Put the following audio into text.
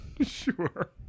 Sure